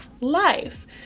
life